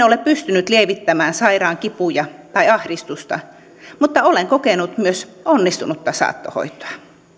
ole pystynyt lievittämään sairaan kipuja tai ahdistusta mutta olen kokenut myös onnistunutta saattohoitoa